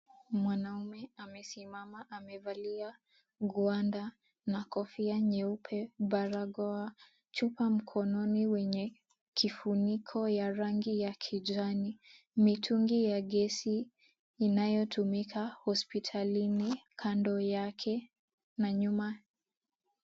Mwanaume amesimama amevalia gwanda na kofia nyeupe, barakoa, chupa mkononi wenye kifuniko ya rangi ya kijani, mitungi ya gesi inayotumika hospitalini kando yake na nyuma.